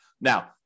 Now